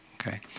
Okay